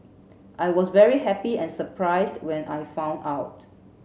I was very happy and surprised when I found out